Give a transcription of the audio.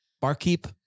Barkeep